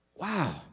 Wow